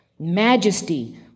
majesty